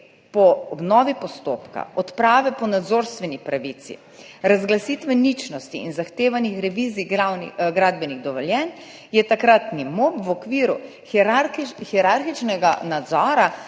po obnovi postopka, odprave po nadzorstveni pravici, razglasitve ničnosti in zahtevanih revizij gradbenih dovoljenj je takratni MOP v okviru hierarhičnega nadzora